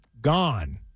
gone